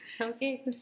Okay